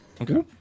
Okay